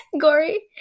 Gory